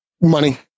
Money